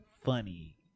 funny